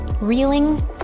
reeling